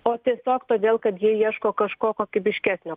o tiesiog todėl kad jie ieško kažko kokybiškesnio